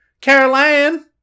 Caroline